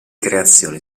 creazione